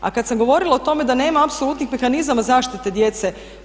A kad sam govorila o tome da nema apsolutnih mehanizama zaštite djece.